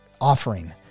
offering